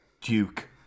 Duke